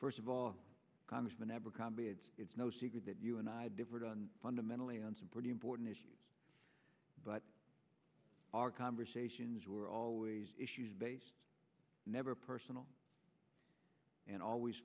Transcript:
first of all congressman abercrombie adds it's no secret that you and i differed on fundamentally on some pretty important issues but our conversations were always issues based never personal and always